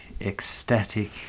ecstatic